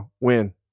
win